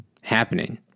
happening